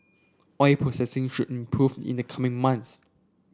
oil processing should improve in the coming months